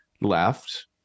left